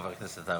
חבר הכנסת עטאונה.